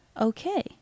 okay